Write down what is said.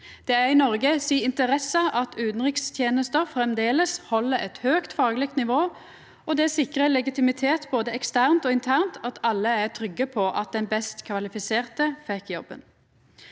Det er i Noregs interesse at utanrikstenesta framleis held eit høgt fagleg nivå, og det sikrar legitimitet både eksternt og internt at alle er trygge på at den best kvalifiserte fekk jobben.